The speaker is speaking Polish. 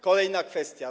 Kolejna kwestia.